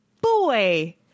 boy